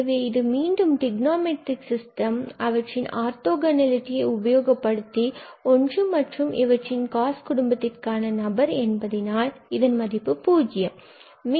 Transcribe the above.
எனவே இது மீண்டும் டிரிக்னா மெட்ரிக் சிஸ்டம் அவற்றின் ஆர்தொகோணலிடியை உபயோகப்படுத்தி ஒன்று மற்றும் இவற்றின் cos குடும்பத்திற்கான நபர் என்பதினால் இதன் மதிப்பு 0 ஆகிறது